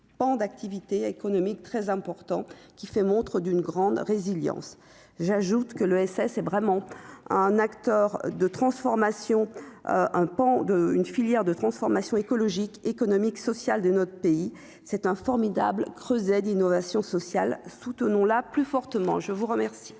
ce activité économique très important qui fait montre d'une grande résilience, j'ajoute que le ESS est vraiment un acteur de transformation, un pan de une filière de transformation écologique, économique, sociale de notre pays, c'est un formidable creuset d'innovation sociale, soutenons la plus fortement, je vous remercie.